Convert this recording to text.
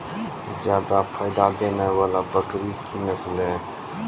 जादा फायदा देने वाले बकरी की नसले?